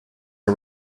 are